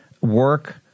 work